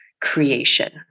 creation